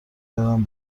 برم